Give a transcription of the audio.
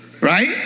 Right